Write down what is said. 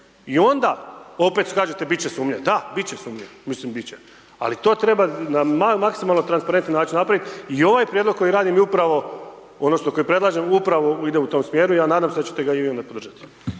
I onda opet kažete bit će sumnja, da bit će sumnja, mislim bit će, ali to treba na maksimalno transparentni način napravit i ovaj prijedlog koji radim je upravo ono što, predlažem upravo ide u tom smjeru, ja nadam se da ćete ga i vi onda podržati.